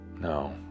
no